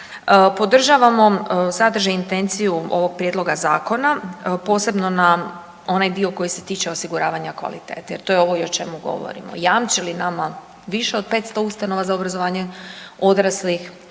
Podržavamo sadržaj i intenciju ovog prijedloga zakona posebno na onaj dio koji se tiče osiguravanja kvalitete jer to je ovo i o čemu govorimo. Jamči li nama više od 500 ustanova za obrazovanje odraslih,